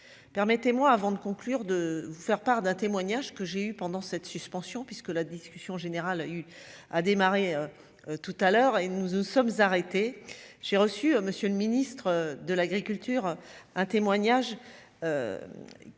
permettez-moi, avant de conclure, de vous faire part d'un témoignage que j'ai eu pendant cette suspension puisque la discussion générale a eu a démarré tout à l'heure et nous nous sommes arrêtés, j'ai reçu à monsieur le ministre de l'Agriculture, un témoignage